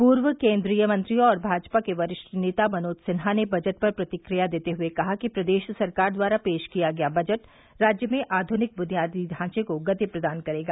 पूर्व केन्द्रीय मंत्री और भाजपा के वरिष्ठ नेता मनोज सिन्हा ने बजट पर प्रतिक्रिया देते हुए कहा कि प्रदेश सरकार द्वारा पेश किया गया बजट राज्य में आध्निक बुनियादी ढांचे को गति प्रदान करेगा